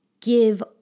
Give